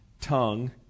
tongue